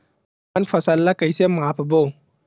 हमन फसल ला कइसे माप बो?